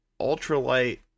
ultralight